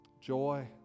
joy